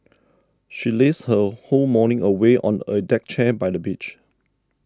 she lazed her whole morning away on a deck chair by the beach